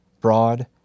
broad